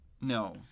No